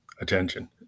attention